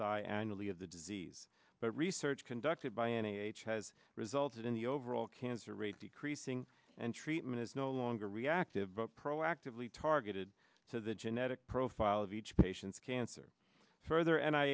die annually of the disease but research conducted by any age has resulted in the overall cancer rate decreasing and treatment is no longer reactive but proactively targeted to the genetic profile of each patient's cancer further and i